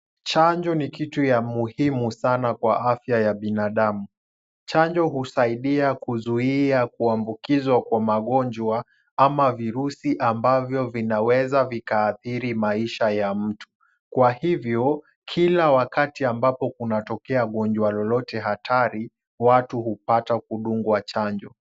Chanjo ni kitu ya muhimu sana kwa afya ya binadamu. Chanjo husaidia kuzuia kuambukizwa kwa magonjwa ama virusi ambavyo vinaweza vikaathiri maisha ya mtu. Kwa hivyo, kila wakati ambapo kunatokea gonjwa lolote hatari, watu hupata kudungwa chanjo.